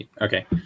Okay